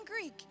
Greek